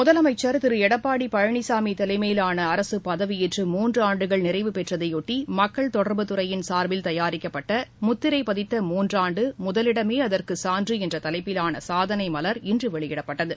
முதலமைச்சர் திரு எடப்பாடி பழனிசாமி தலைமையிலான அரசு பதவியேற்று மூன்று ஆண்டுகள் நிறைவுப்பெற்றதையொட்டி மக்கள் தொடர்பு துறையின் சார்பில் தயாரிக்கப்பட்ட முத்திரைப்பதித்த மூன்றாண்டு முதலிடமே அதற்கு சான்று என்ற தலைப்பிலான சாதனை மலர் இன்று வெளியிடப்பட்டது